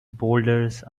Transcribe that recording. boulders